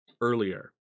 earlier